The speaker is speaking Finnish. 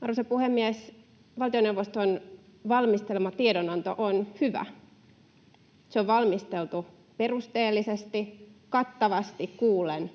Arvoisa puhemies! Valtioneuvoston valmistelema tiedonanto on hyvä. Se on valmisteltu perusteellisesti, kattavasti kuullen,